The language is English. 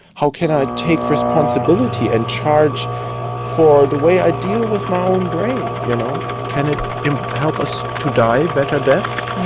how can i take responsibility and charge for the way i deal with my own brain? you know can it it help us to die better deaths?